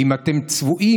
ואם אתם צבועים,